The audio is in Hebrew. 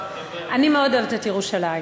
אני מאוד אוהבת את ירושלים.